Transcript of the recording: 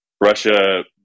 russia